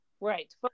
Right